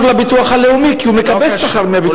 לביטוח הלאומי כי הוא מקבל שכר מהביטוח הלאומי.